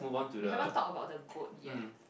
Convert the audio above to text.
we haven't talked about the goat yet